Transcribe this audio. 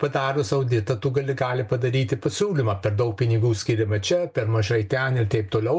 padarius auditą tu gali gali padaryti pasiūlymą per daug pinigų skiriama čia per mažai ten ir taip toliau